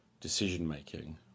decision-making